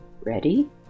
Ready